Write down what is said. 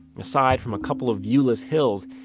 aside from a couple of viewless hills,